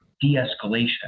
de-escalation